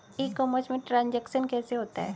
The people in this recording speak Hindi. ई कॉमर्स में ट्रांजैक्शन कैसे होता है?